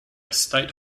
state